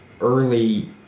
early